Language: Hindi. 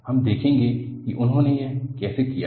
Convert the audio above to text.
हम देखेंगे कि उन्होंने यह कैसे किया है